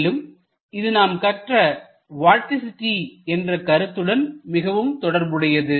மேலும்இது நாம் கற்ற வார்டிசிட்டி என்ற கருத்துடன் மிகவும் தொடர்புடையது